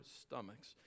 stomachs